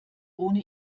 ohne